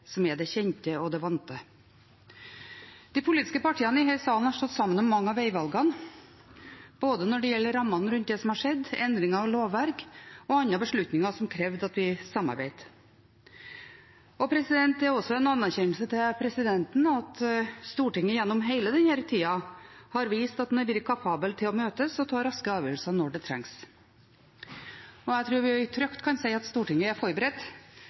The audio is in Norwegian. kjente og vante. De politiske partiene i denne sal har stått sammen om mange av veivalgene, både når det gjelder rammene rundt det som har skjedd, endring av lovverk og andre beslutninger som har krevd samarbeid. Det er også en anerkjennelse til presidenten at Stortinget gjennom hele denne tida har vist at man har vært kapabel til å møtes og ta raske avgjørelser når det trengs. Jeg tror vi trygt kan si at Stortinget er forberedt